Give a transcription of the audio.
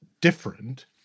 different